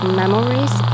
memories